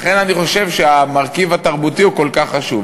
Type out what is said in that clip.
לכן אני חושב שהמרכיב התרבותי הוא כל כך חשוב.